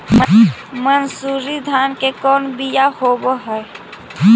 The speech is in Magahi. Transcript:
मनसूरी धान के कौन कौन बियाह होव हैं?